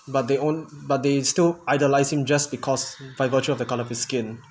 but they all but they still idolising just because by virtue of the color of his skin